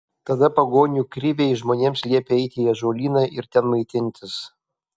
tada pagonių kriviai žmonėms liepė eiti į ąžuolyną ir ten maitintis